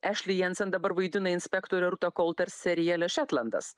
ešli jensen dabar vaidina inspektorę rūtą kolter seriale šetlandas